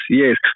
yes